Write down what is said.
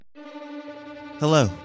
Hello